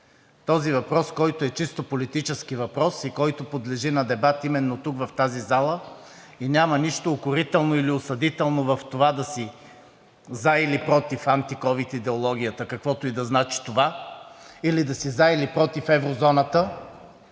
този въпрос, който е чисто политически въпрос и който подлежи на дебати именно тук, в тази зала, и няма нищо укорително или осъдително в това да си за или против ковид идеологията, каквото и да значи това, или да си за или против еврозоната,